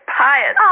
pious